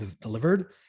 delivered